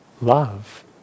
love